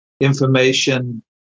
information